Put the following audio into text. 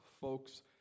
folks